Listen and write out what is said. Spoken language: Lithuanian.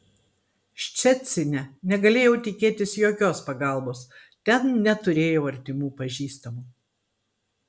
ščecine negalėjau tikėtis jokios pagalbos ten neturėjau artimų pažįstamų